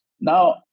Now